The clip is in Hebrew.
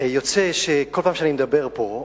יוצא שכל פעם שאני מדבר פה,